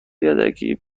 یدکی